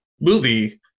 movie